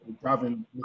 driving